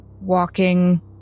walking